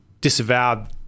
disavowed